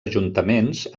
ajuntaments